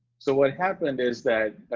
so what happened is that,